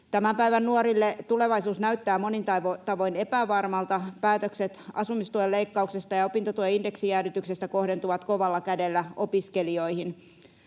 Tämän päivän nuorille tulevaisuus näyttää monin tavoin epävarmalta. Päätökset asumistuen leikkauksista ja opintotuen indeksijäädytyksestä kohdentuvat kovalla kädellä opiskelijoihin.